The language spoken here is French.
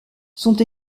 sont